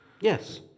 Yes